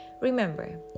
Remember